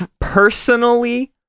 Personally